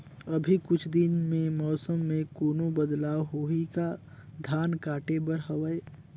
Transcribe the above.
अभी कुछ दिन मे मौसम मे कोनो बदलाव होही का? धान काटे बर हवय?